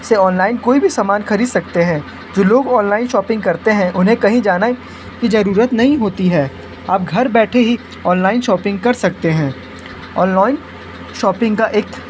से ऑनलाइन कोई भी सामान खरीद सकते हैं जो लोग ऑनलाइन शॉपिंग करते हैं उन्हें कहीं जाना की जरूरत नहीं होती है अब घर बैठे ही ऑनलाइन शॉपिंग कर सकते हैं ऑनलाइन शॉपिंग का एक